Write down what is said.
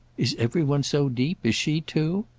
is every one so deep? is she too?